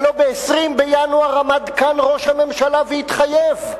הלוא ב-20 בינואר עמד כאן ראש הממשלה והתחייב.